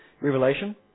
Revelation